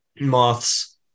Moths